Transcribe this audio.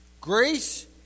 Grace